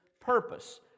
purpose